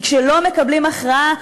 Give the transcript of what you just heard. כי כשלא מקבלים הכרעה,